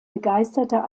begeisterter